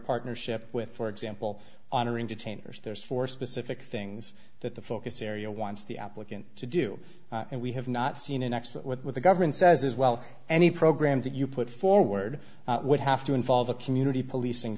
partnership with for example on entertainers there's four specific things that the focus area wants the applicant to do and we have not seen an expert with the government says well any program that you put forward would have to involve a community policing